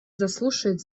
заслушает